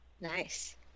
Nice